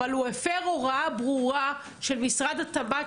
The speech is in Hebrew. אבל הוא הפר הוראה ברורה של משרד התמ"ת